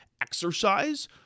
exercise